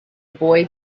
boy